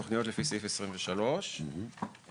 תוכניות ת=לפי סעיף 23. ובעצם,